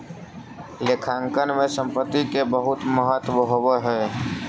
लेखांकन में संपत्ति के बहुत महत्व होवऽ हइ